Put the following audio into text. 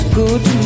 good